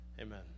Amen